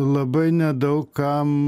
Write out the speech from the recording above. labai nedaug kam